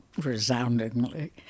resoundingly